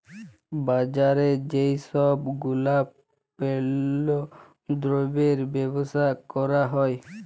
বাজারে যেই সব গুলাপল্য দ্রব্যের বেবসা ক্যরা হ্যয়